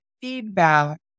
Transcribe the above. feedback